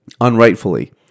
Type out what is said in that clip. unrightfully